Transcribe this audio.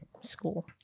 school